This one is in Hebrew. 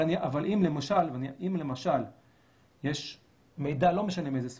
אם למשל יש מידע, לא משנה מאיזה סוג,